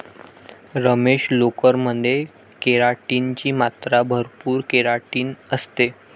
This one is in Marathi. रमेश, लोकर मध्ये केराटिन ची मात्रा भरपूर केराटिन असते